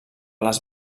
les